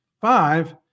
five